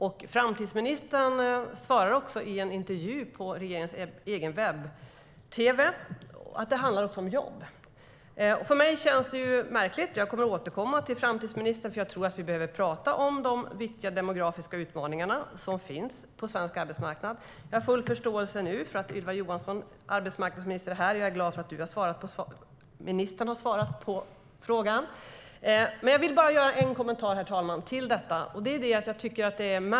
Herr talman! Jag vill bara ge en kommentar till detta.